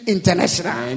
International